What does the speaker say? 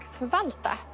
förvalta